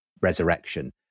resurrection